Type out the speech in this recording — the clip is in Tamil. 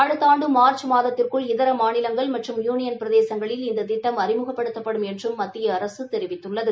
அடுத்த ஆண்டு மார்ச் மாதத்திற்குள் இதர மாநிலங்கள் மற்றும் யுளியன் பிரதேசங்களில் இந்த திட்டம் அறிமுகப்படுத்தப்படும் என்றும் மத்திய அரசு தெரிவித்துள்ளது